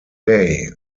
day